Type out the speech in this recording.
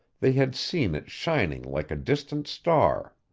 they had seen it shining like a distant star.